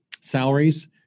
salaries